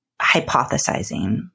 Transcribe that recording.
hypothesizing